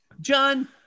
John